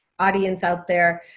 audience out there,